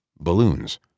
Balloons